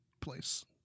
place